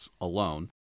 alone